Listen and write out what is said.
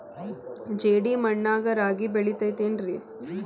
ಜೇಡಿ ಮಣ್ಣಾಗ ರಾಗಿ ಬೆಳಿತೈತೇನ್ರಿ?